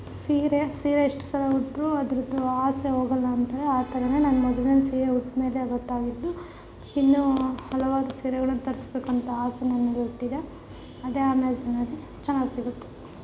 ಸೀರೆ ಸೀರೆ ಎಷ್ಟು ಸಲ ಉಟ್ಟರೂ ಅದ್ರದ್ದು ಆಸೆ ಹೋಗಲ್ಲ ಅಂತಾರೆ ಆ ಥರನೆ ನಾನು ಮೊದಲ್ನೇ ಸೀರೆ ಉಟ್ಟ ಮೇಲೆ ಗೊತ್ತಾಗಿದ್ದು ಇನ್ನೂ ಹಲವಾರು ಸೀರೆಗಳನ್ನ ತರಿಸಬೇಕು ಅಂತ ಆಸೆ ನನ್ನಲ್ಲಿ ಹುಟ್ಟಿದೆ ಅದೇ ಅಮೆಝನಲ್ಲಿ ಚೆನ್ನಾಗಿ ಸಿಗುತ್ತೆ